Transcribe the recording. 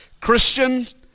Christians